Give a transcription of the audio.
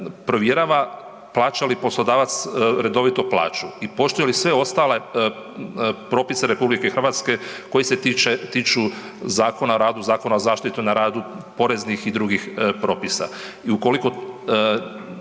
provjerava plaća li poslodavac redovito plaću i poštuje li sve ostale propise RH koji se tiču Zakona o radu, Zakona o zaštiti na radu, poreznih i drugih propisa.